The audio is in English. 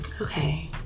okay